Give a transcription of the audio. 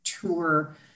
tour